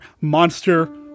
monster